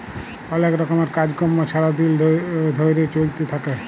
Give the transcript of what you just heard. অলেক রকমের কাজ কম্ম ছারা দিল ধ্যইরে চইলতে থ্যাকে